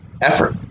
Effort